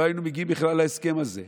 לא היינו מגיעים בכלל להסכם הזה.